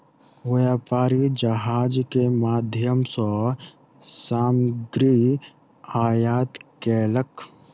व्यापारी जहाज के माध्यम सॅ सामग्री आयात केलक